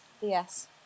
yes